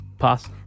Pass